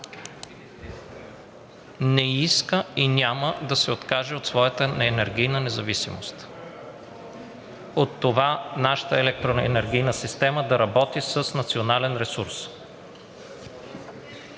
не иска и няма да се откаже от своята енергийна независимост, от това нашата електронна и енергийна система да работи с национален ресурс.